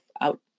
out